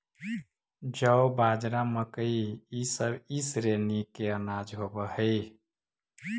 जौ, बाजरा, मकई इसब ई श्रेणी के अनाज होब हई